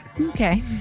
okay